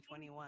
2021